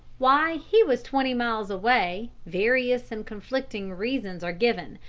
why he was twenty miles away, various and conflicting reasons are given,